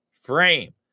frame